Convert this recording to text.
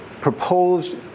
proposed